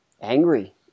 angry